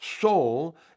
soul